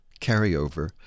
carryover